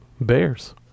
Bears